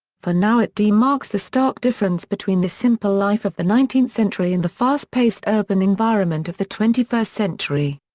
for now it demarks the stark difference between the simple life of the nineteenth century and the fast-paced urban environment of the twenty first century.